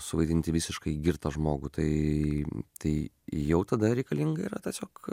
suvaidinti visiškai girtą žmogų tai tai jau tada reikalinga yra tiesiog